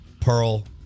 Pearl